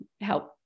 help